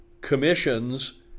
commissions